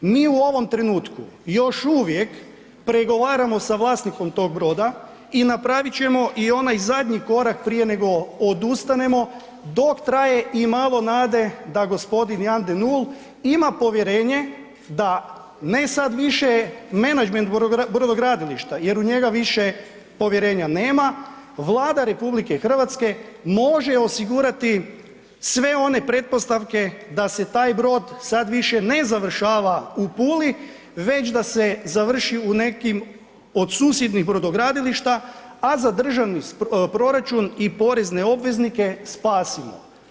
Mi u ovom trenutku još uvijek pregovaramo sa vlasnikom tog broda i napravit ćemo i onaj zadnji korak prije nego odustanemo, dok traje i malo nade da g. Jan de Nul ima povjerenje da, ne sad više menadžment brodogradilišta, jer u njega više povjerenja nema, Vlada RH može osigurati sve one pretpostavke da se taj broj sad više ne završava u Puli, već da se završi u nekim od susjednih brodogradilišta, a za državni proračun i porezne obveznike spasimo.